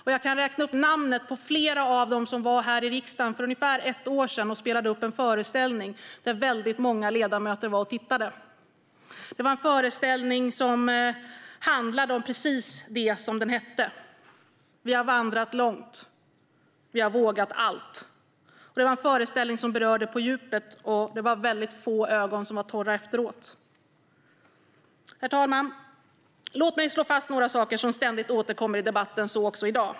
Och jag kan räkna upp namnen på flera av dem som var här i riksdagen för ungefär ett år sedan och spelade en föreställning som väldigt många ledamöter var och tittade på. Det var en föreställning som handlade om precis det som den hette: Vi har vandrat långt... Vi har vågat allt... Det var en föreställning som berörde på djupet, och det var få ögon som var torra efteråt. Herr talman! Låt mig slå fast några saker som ständigt återkommer i debatten, så också i dag.